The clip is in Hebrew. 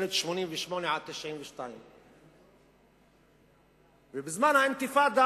ממשלת 1988 1992. בזמן האינתיפאדה